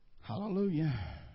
Hallelujah